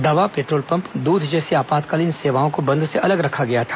दवा petrol pump दूध जैसी आपातकालीन सेवाओं को बंद से अलग रखा गया था